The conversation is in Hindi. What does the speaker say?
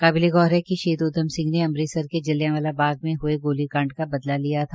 काबिले गौर है कि शहीदी उद्यम सिंह ने अमृतसर के जलियांवाला बाग में हये गोलीकांड का बदला लिया था